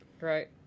Right